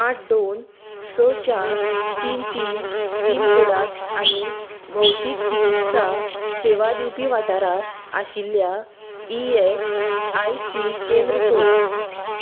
आठ दोन स चार तीन तीन पीन कोडात आनी भौतीक चिकित्सा सेवा दिवपी वाठारात आशिल्ल्या ई एस आय सी केंद्र सोद